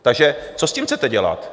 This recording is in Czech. Takže co s tím chcete dělat?